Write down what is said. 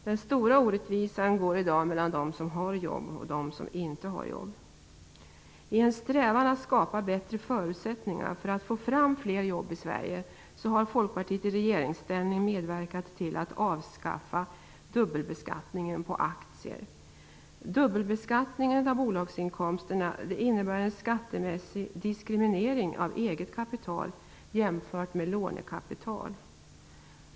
Den stora orättvisan går i dag mellan dem som har jobb och dem som inte har jobb. I en strävan att skapa bättre förutsättningar för att få fram fler jobb i Sverige har Folkpartiet i regeringsställning medverkat till att avskaffa dubbelbeskattningen på aktier. Dubbelbeskattningen av bolagsinkomsterna innebär en skattemässig diskriminering av eget kapital jämfört med lånekapital.